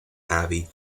abbey